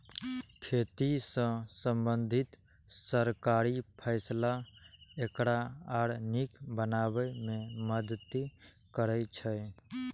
खेती सं संबंधित सरकारी फैसला एकरा आर नीक बनाबै मे मदति करै छै